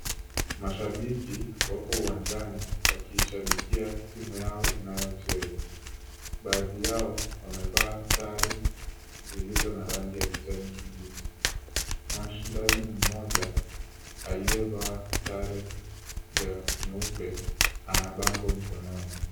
Mashabiki wapo uwanjani wakiishabikia timu yao inayocheza. Baadhi yao wamevaa sare zilizo na rangi ya kijani kibichi. Mshindani mmoja aliyevaa sare ya nyeupe ana bango mkononi.